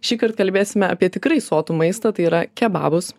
šįkart kalbėsime apie tikrai sotų maistą tai yra kebabus